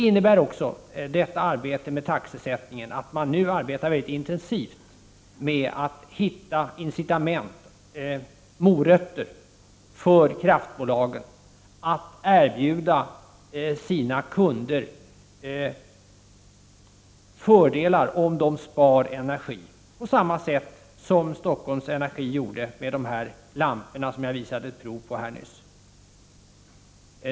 När det gäller taxesättningen arbetar man intensivt med att hitta incitament, morötter, för kraftbolagen att erbjuda sina kunder fördelar om de sparar energi, på samma sätt som Stockholm Energi gjorde med lamporna, som jag visade prov på nyss.